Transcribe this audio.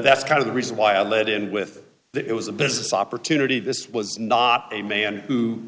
that's kind of the reason why i led in with the it was a business opportunity this was not a man who